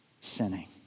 sinning